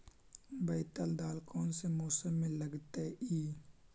बैतल दाल कौन से मौसम में लगतैई?